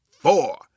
four